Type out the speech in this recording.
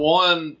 one